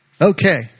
Okay